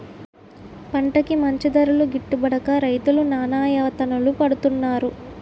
పంటకి మంచి ధరలు గిట్టుబడక రైతులు నానాయాతనలు పడుతున్నారు